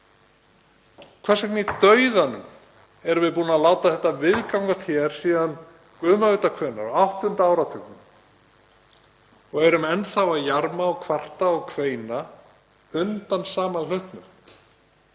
Hvers vegna í dauðanum erum við búin að láta þetta viðgangast hér síðan guð má vita hvenær, á áttunda áratugnum, og erum enn þá að jarma og kvarta og kveina undan sama hlutnum?